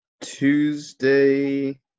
Tuesday